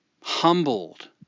humbled